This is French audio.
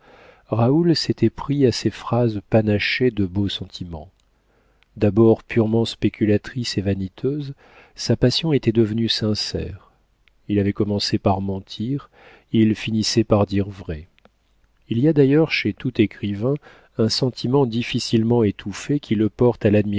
raoul s'était pris à ses phrases panachées de beaux sentiments d'abord purement spéculatrice et vaniteuse sa passion était devenue sincère il avait commencé par mentir il finissait par dire vrai il y a d'ailleurs chez tout écrivain un sentiment difficilement étouffé qui le porte à